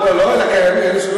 לא, הוא מגיע, אנחנו פה.